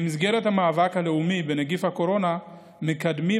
במסגרת המאבק הלאומי בנגיף הקורונה מקדמים